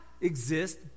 exist